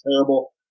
terrible